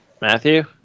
matthew